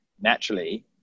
naturally